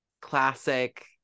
classic